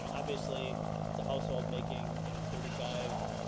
obviously it's a household making you know thirty five,